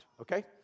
Okay